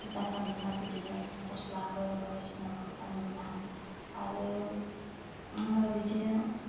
जानला मानला बिदिनो गस्लाफोर बायदिसिनाफोरखौ गाननो मोना आरो ओ बिदिनो